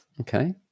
okay